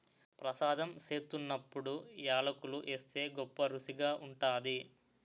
ప్రసాదం సేత్తున్నప్పుడు యాలకులు ఏస్తే గొప్పరుసిగా ఉంటాది